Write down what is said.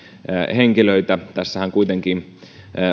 henkilöitä tässähän kuitenkin